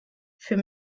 für